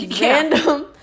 random